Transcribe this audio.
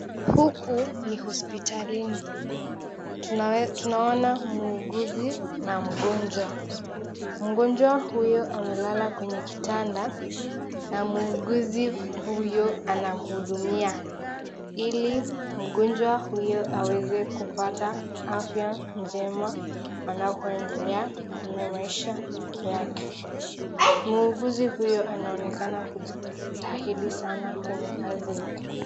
Huku ni hospitalini. Tunaona muuguzi na mgonjwa. Mgonjwa huyo amelala kwenye kitanda na muuguzi huyo anamhudumia ili mgonjwa huyo aweze kupata afya njema anapoendelea na maisha yake . Muuguzi huyu anaonekana kujitahidi sana kwenye kazi yake.